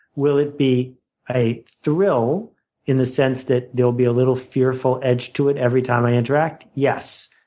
will it be a thrill in the sense that there will be a little, fearful edge to it every time i interact? yes.